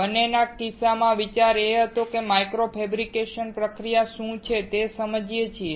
બંને કિસ્સાઓમાં વિચાર એ હતો કે માઇક્રો ફેબ્રિકેશન પ્રક્રિયા શું છે તે આપણે સમજીએ છીએ